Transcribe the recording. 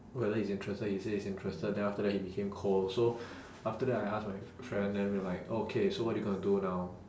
whether he's interested he say he's interested then after that he became cold so after that I ask my f~ friend then we're like okay so what you gonna do now